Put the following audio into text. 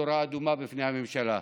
נורה אדומה בפני הממשלה,